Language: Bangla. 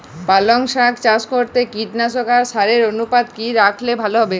পালং শাক চাষ করতে কীটনাশক আর সারের অনুপাত কি রাখলে ভালো হবে?